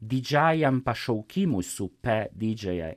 didžiajam pašaukimui supę didžiąją